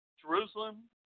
Jerusalem